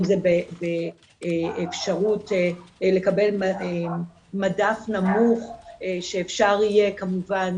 אם זה בשירות לקבל מדף נמוך שאפשר יהיה כמובן